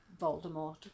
voldemort